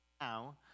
Now